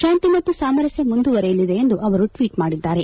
ಶಾಂತಿ ಮತ್ತು ಸಾಮರಸ್ತೆ ಮುಂದುವರಿಯಲಿ ಎಂದು ಅವರು ಟ್ವೀಟ್ ಮಾಡಿದ್ದಾರೆ